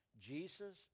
Jesus